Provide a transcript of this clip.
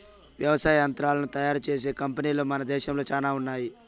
వ్యవసాయ యంత్రాలను తయారు చేసే కంపెనీలు మన దేశంలో చానా ఉన్నాయి